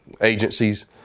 agencies